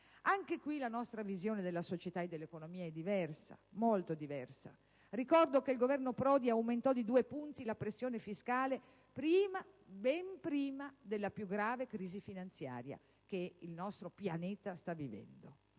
Anche qui, la nostra visione della società e dell'economia è diversa, molto diversa. Ricordo che il Governo Prodi aumentò di due punti la pressione fiscale, ben prima della grave crisi finanziaria che il nostro pianeta sta vivendo.